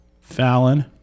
Fallon